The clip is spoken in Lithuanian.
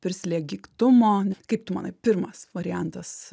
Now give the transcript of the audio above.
prislėgiktumo kaip tu manai pirmas variantas